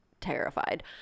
terrified